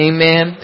Amen